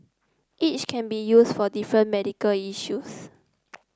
each can be used for different medical issues